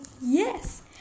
yes